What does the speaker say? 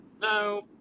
No